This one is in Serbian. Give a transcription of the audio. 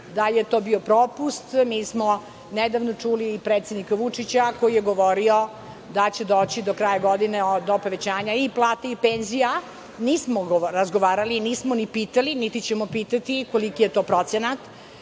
da je to bio propust. Mi smo nedavno čuli predsednika Vučića koji je govorio da će doći do kraja godine do povećanja i plata i penzija. Nismo razgovarali, nismo pitali, niti ćemo pitati koliki je to procenat,